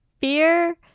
fear